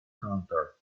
counter